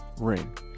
ring